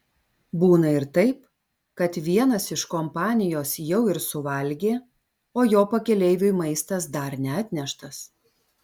būna ir taip kad vienas iš kompanijos jau ir suvalgė o jo pakeleiviui maistas dar neatneštas